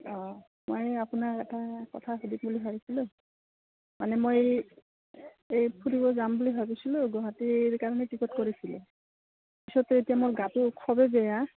অঁ মই আপোনাৰ এটা কথা সুধিম বুলি ভাবিছিলোঁ মানে মই এই ফুৰিব যাম বুলি ভাবিছিলোঁ গুৱাহাটীৰ কাৰণে টিকট কৰিছিলোঁ পিছত এতিয়া মোৰ গাটো খুবেই বেয়া